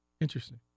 Interesting